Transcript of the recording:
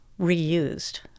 reused